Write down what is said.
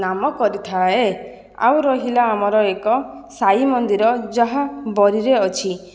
ନାମ କରିଥାଏ ଆଉ ରହିଲା ଆମର ଏକ ସାଇ ମନ୍ଦିର ଯାହା ବରିରେ ଅଛି